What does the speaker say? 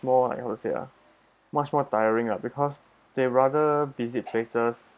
more like how to say ah much more tiring lah because they rather visit places